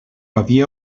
havia